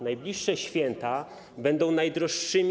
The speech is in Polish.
Najbliższe święta będą najdroższymi.